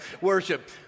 worship